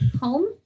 home